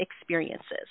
experiences